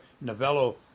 Novello